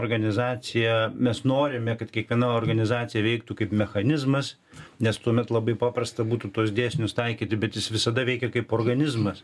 organizacija mes norime kad kiekviena organizacija veiktų kaip mechanizmas nes tuomet labai paprasta būtų tuos dėsnius taikyti bet jis visada veikia kaip organizmas